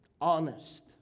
honest